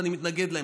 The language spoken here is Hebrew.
ואני מתנגד להם.